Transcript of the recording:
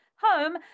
home